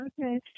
Okay